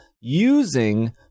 using